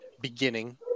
beginning